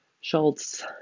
Schultz